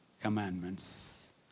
commandments